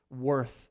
worth